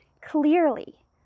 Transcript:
clearly